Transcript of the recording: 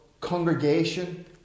congregation